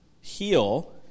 heal